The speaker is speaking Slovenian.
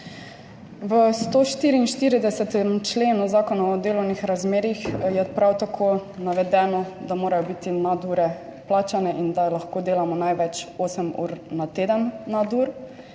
144. členu zakona o delovnih razmerjih je prav tako navedeno, da morajo biti nadure plačane in da lahko delamo največ 8 ur na teden nadur.